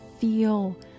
feel